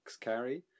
carry